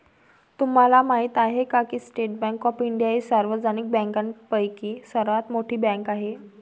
तुम्हाला माहिती आहे का की स्टेट बँक ऑफ इंडिया ही सार्वजनिक बँकांपैकी सर्वात मोठी बँक आहे